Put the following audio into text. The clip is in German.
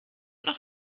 noch